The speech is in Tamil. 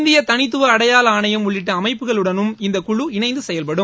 இந்திய தனித்துவ அடையாள ஆணையம் உள்ளிட்ட அமைப்புகளுடனும் இந்த குழு இணைந்து செயல்படும்